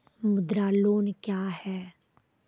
मुद्रा लोन क्या हैं?